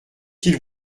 qu’il